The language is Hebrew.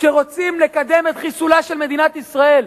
שרוצים לקדם את חיסולה של מדינת ישראל.